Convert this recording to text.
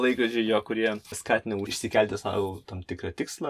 laikrodžiai jo kurie skatina išsikelti sau tam tikrą tikslą